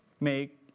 make